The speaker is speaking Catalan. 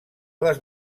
les